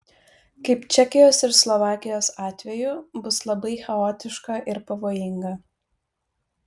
kaip čekijos ir slovakijos atveju bus labai chaotiška ir pavojinga